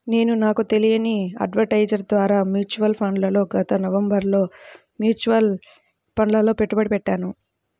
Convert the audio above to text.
నేను నాకు తెలిసిన అడ్వైజర్ ద్వారా మ్యూచువల్ ఫండ్లలో గత నవంబరులో మ్యూచువల్ ఫండ్లలలో పెట్టుబడి పెట్టాను